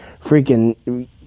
freaking